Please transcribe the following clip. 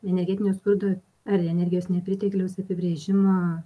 energetinio skurdo ar energijos nepritekliaus apibrėžimo